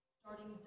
starting